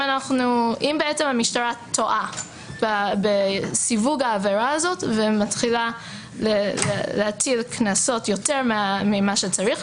אם המשטרה טועה בסיווג העבירה ומתחילה להטיל קנסות יותר ממה שצריך,